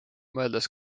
mõeldes